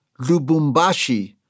Lubumbashi